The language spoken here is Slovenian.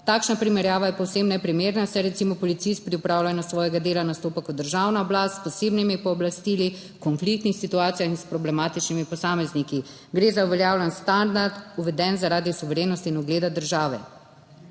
Takšna primerjava je povsem neprimerna, saj recimo policist pri opravljanju svojega dela nastopa kot državna oblast s posebnimi pooblastili, v konfliktnih situacijah in s problematičnimi posamezniki. Gre za uveljavljen standard, uveden zaradi suverenosti in ugleda države.